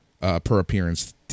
per-appearance